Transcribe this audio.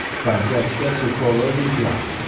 francesca socorro lujan.